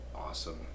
awesome